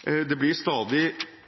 Flere og flere av funksjonene i samfunnet vårt blir